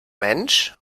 mensch